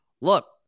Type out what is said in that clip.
look